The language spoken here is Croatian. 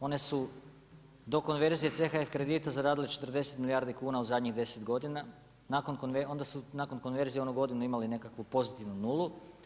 One su do konverzije CHF kredita zaradile 40 milijardi kuna u zadnjih 10 godina onda su nakon konverzije onu godinu imale nekakvu pozitivnu nulu.